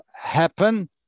happen